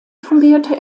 fungierte